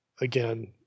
again